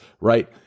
right